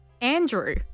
Andrew